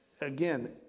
again